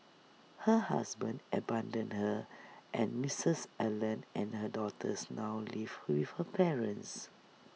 her husband abandoned her and misses Allen and her daughters now live with her parents